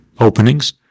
openings